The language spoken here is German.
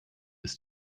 ist